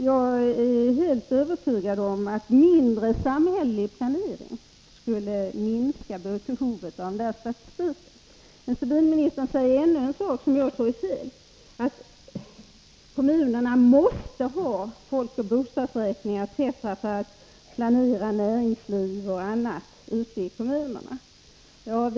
Jag är helt övertygad om att mindre omfattande samhällelig planering skulle minska behovet av statistik. Civilministern säger ännu en sak som jag tror är fel, nämligen att kommunerna måste ha folkoch bostadsräkningar etc. för att planera näringsliv och annat ute i kommunerna.